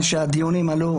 הדיונים האלה,